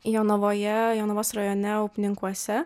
jonavoje jonavos rajone upninkuose